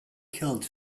killed